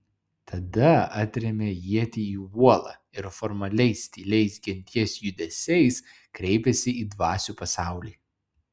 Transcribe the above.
tada atrėmė ietį į uolą ir formaliais tyliais genties judesiais kreipėsi į dvasių pasaulį